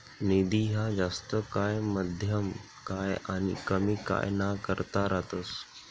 निधी ह्या जास्त काय, मध्यम काय आनी कमी काय ना करता रातस